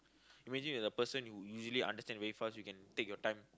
imagine if a person who usually understand very fast you can take your time